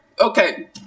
okay